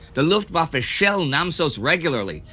the luftwaffe ah shell namsos regularly,